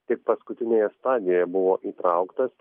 tik paskutinėje stadijoje buvo įtrauktas